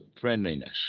friendliness